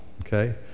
Okay